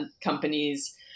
companies